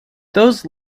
those